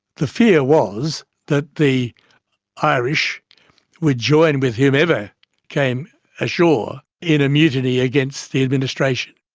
the fear was that the irish would join with whomever came ashore in a mutiny against the administration.